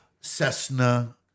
Cessna